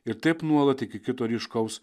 ir taip nuolat iki kito ryškaus